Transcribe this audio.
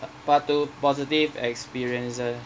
part two positive experiences